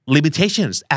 Limitations